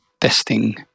testing